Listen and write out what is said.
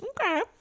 okay